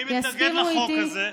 אני מתנגד לחוק הזה.